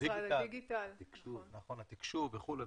ומשרד התקשוב.